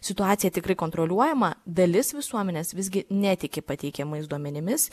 situacija tikrai kontroliuojama dalis visuomenės visgi netiki pateikiamais duomenimis